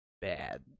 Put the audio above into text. bad